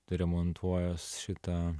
tai remontuojuos šitą